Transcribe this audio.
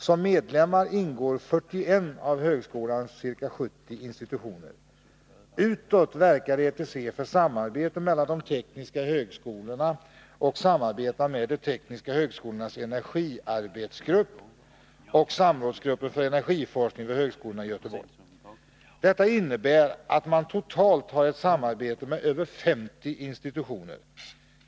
Som medlemmar ingår 41 av högskolans ca 70 institutioner. Utåt verkar ETC för samarbete mellan de tekniska högskolorna, och man samarbetar även med de tekniska högskolornas energiarbetsgrupp, THE, och samrådsgruppen för energiforskning vid högskolorna i Göteborg, SEG. Detta innebär att man totalt har ett samarbete med över 50 institutioner.